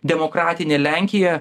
demokratinė lenkija